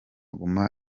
guma